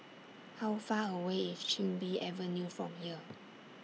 How Far away IS Chin Bee Avenue from here